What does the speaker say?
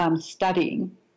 studying